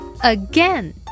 Again